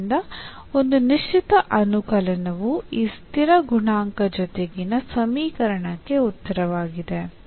ಆದ್ದರಿಂದ ಒಂದು ನಿಶ್ಚಿತ ಅನುಕಲನವು ಈ ಸ್ಥಿರ ಗುಣಾಂಕ ಜೊತೆಗಿನ ಸಮೀಕರಣಕ್ಕೆ ಉತ್ತರವಾಗಿದೆ